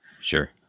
sure